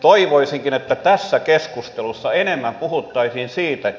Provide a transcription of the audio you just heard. toivoisinkin että tässä keskustelussa enemmän puhuttaisiin siitä